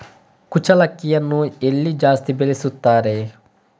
ಕುಚ್ಚಲಕ್ಕಿಯನ್ನು ಎಲ್ಲಿ ಜಾಸ್ತಿ ಬೆಳೆಸುತ್ತಾರೆ?